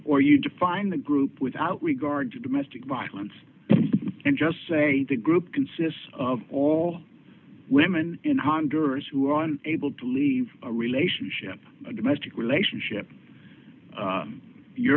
or you define the group without regard to domestic violence and just say the group consists of all women in honduras who on able to leave a relationship a domestic relationship